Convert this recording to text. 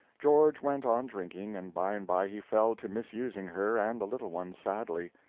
george went on drinking, and by and by he fell to misusing her and the little ones sadly.